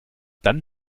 dann